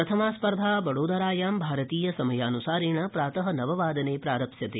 प्रथमास्पर्धा वडोदरायां भारतीयसमयान्सारेण प्रात नववादने प्रारप्स्यते